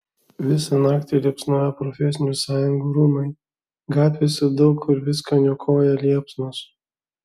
visą naktį liepsnojo profesinių sąjungų rūmai gatvėse daug kur viską niokoja liepsnos